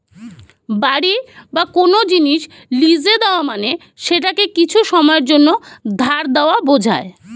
বাড়ি বা কোন জিনিস লীজে দেওয়া মানে সেটাকে কিছু সময়ের জন্যে ধার দেওয়া বোঝায়